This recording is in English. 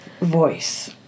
voice